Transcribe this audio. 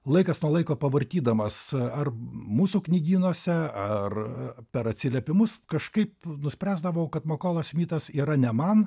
laikas nuo laiko pavartydamas ar mūsų knygynuose ar per atsiliepimus kažkaip nuspręsdavo kad makolas smitas yra ne man